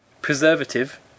Preservative